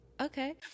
okay